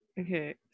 Okay